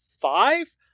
five